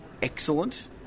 excellent